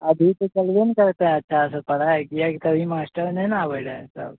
अभी तऽ चलबे ने करतय अच्छासँ पढ़ाइ किएक की कभी मास्टर नहिने अबय रहय सब